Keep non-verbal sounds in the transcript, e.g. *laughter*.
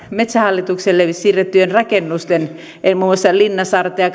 metsähallitukselle siirrettyjen rakennusten koskien muun muassa linnansaarta ja *unintelligible*